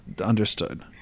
understood